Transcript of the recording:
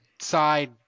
side